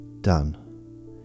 Done